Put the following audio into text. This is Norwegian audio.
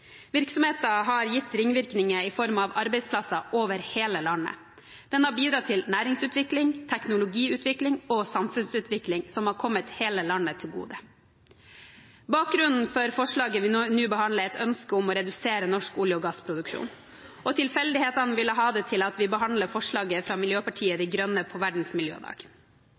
har gitt ringvirkninger i form av arbeidsplasser over hele landet. Den har bidratt til næringsutvikling, teknologiutvikling og samfunnsutvikling som har kommet hele landet til gode. Bakgrunnen for forslaget vi nå behandler, er et ønske om å redusere norsk olje- og gassproduksjon. Tilfeldighetene ville ha det til at vi behandler forslaget fra Miljøpartiet De Grønne på Verdens miljødag.